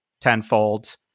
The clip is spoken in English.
tenfold